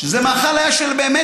זה היה מאכל של העניים.